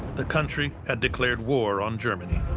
the country had declared war on germany.